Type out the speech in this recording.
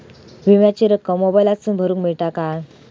विमाची रक्कम मोबाईलातसून भरुक मेळता काय?